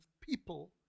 people